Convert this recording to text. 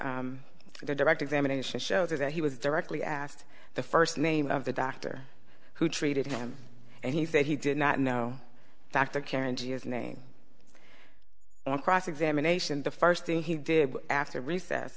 the direct examination shows is that he was directly asked the first name of the doctor who treated him and he said he did not know factor carriages name on cross examination the first thing he did after recess